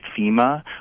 FEMA